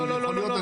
אבל יכול להיות,